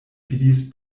vidis